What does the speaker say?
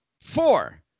four